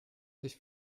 sich